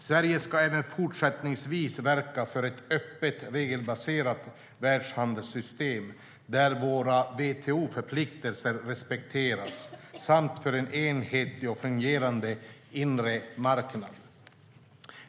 Sverige ska även fortsättningsvis verka för ett öppet regelbaserat världshandelssystem där våra WTO-förpliktelser respekteras samt för en enhetlig och fungerande inre marknad.